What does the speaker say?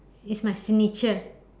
it's my signature